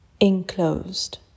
Enclosed